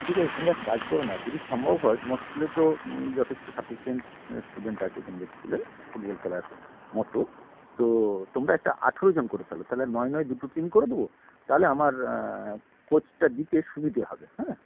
ঠিক আছে তোমরা এক কাজ করো না যদি সম্ভব হয় তোমার স্কুলে তো যথেষ্ট সাফিশিয়েন্ট স্টুডেন্ট আছে তোমাদের স্কুলে ফুটবল খেলার মতো তো তোমরা একটা আঠেরোজন করে ফেলো তাহলে নয় নয় দুটো টিম করে দেবো তাহলে আমার কোচটা দিতে সুবিধে হবে হ্যাঁ